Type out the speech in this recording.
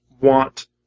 want